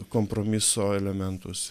kompromiso elementus